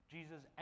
Jesus